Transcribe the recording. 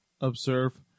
Observe